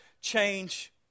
change